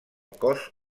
cos